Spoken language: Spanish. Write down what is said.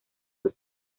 sus